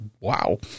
wow